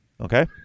Okay